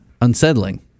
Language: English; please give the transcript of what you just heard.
unsettling